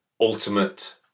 ultimate